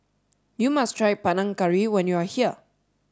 you must try Panang Curry when you are here